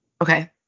Okay